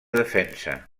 defensa